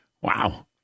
Wow